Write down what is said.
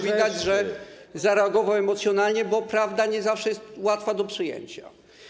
Widać, że pan poseł zareagował emocjonalnie, bo prawda nie zawsze jest łatwa do przyjęcia.